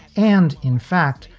and in fact,